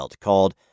called